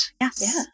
Yes